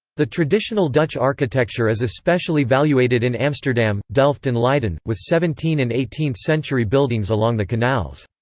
the traditional dutch architecture is especially valuated in amsterdam, delft and leiden, with seventeen and eighteenth century buildings along the canals.